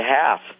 half